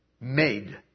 made